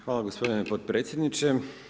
Hvala gospodine potpredsjedniče.